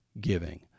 giving